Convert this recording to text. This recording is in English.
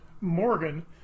Morgan